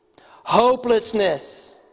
hopelessness